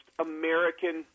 American